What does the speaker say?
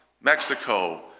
Mexico